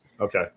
Okay